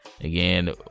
Again